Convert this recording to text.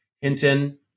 Hinton